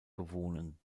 bewohnen